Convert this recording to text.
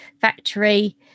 factory